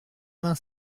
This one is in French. vingt